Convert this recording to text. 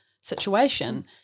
situation